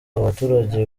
abaturage